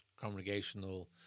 Congregational